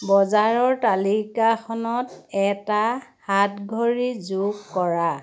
বজাৰৰ তালিকাখনত এটা হাত ঘড়ী যোগ কৰা